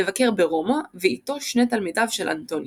לבקר ברומא ואיתו שני תלמידיו של אנטוניוס.